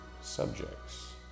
subjects